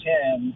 Ten